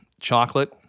chocolate